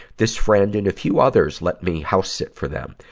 this friend and a few others let me housesit for them.